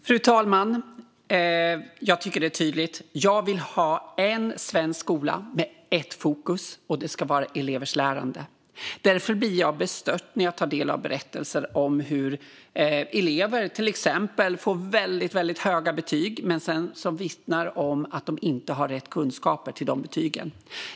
Fru talman! Jag tycker att det är tydligt. Jag vill ha en svensk skola med ett fokus, nämligen elevers lärande. Därför blir jag bestört när jag tar del av berättelser om hur elever till exempel får väldigt höga betyg men sedan vittnar om att de inte har rätt kunskaper till dessa betyg.